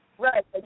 Right